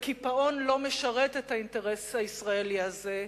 וקיפאון לא משרת את האינטרס הישראלי הזה,